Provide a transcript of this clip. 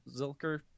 Zilker